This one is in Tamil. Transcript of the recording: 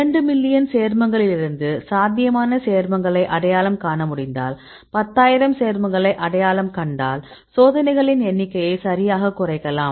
இரண்டு மில்லியன் சேர்மங்களிலிருந்து சாத்தியமான சேர்மங்களை அடையாளம் காண முடிந்தால் பத்தாயிரம் சேர்மங்களை அடையாளம் கண்டால் சோதனைகளின் எண்ணிக்கையை சரியாகக் குறைக்கலாம்